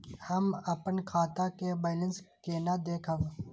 हम अपन खाता के बैलेंस केना देखब?